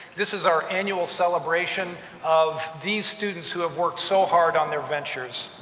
this is our annual celebration of these students who have worked so hard on their ventures.